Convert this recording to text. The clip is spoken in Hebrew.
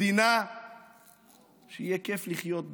מדינה שיהיה כיף לחיות בה,